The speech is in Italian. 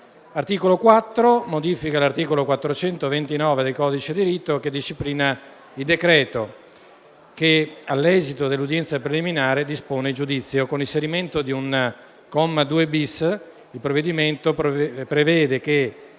L'articolo 4 modifica l'articolo 429 del codice di rito che disciplina il decreto che, all'esito dell'udienza preliminare, dispone il giudizio. Con l'inserimento di un comma 2*-bis* il provvedimento prevede che